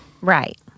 Right